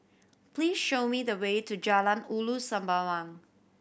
please show me the way to Jalan Ulu Sembawang